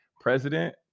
president